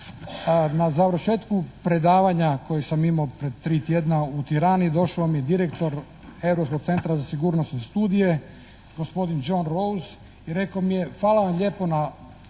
Na završetku predavanja koje sam imao pred 3 tjedna u Tirani došao mi je direktor Europskog centra za sigurnosne studije, gospodin John Rose, i rekao mi je, hvala vam lijepo na